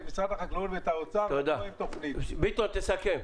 ביטון, תסכם.